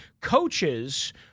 Coaches